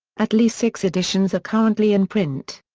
at least six editions are currently in print.